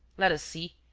let us see,